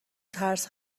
ترس